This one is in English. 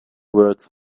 words